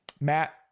Matt